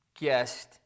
guest